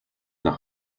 nach